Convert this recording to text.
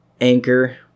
Anchor